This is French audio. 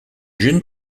gêne